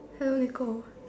hello Nicole